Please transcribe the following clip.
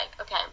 okay